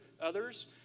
others